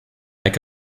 make